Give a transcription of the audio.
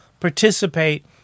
participate